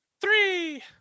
Three